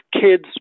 kids